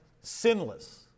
sinless